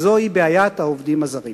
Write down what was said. הוא בעיית העובדים הזרים.